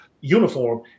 uniform